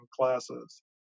classes